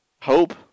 Hope